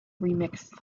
remixed